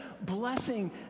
blessing